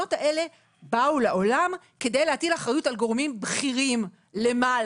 התקנות האלו באו לעולם כדי להטיל אחריות על גורמים בכירים למעלה.